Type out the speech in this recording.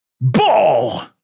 ball